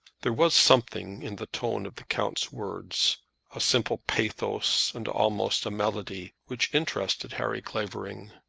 there was something in the tone of the count's words a simple pathos, and almost a melody, which interested harry clavering.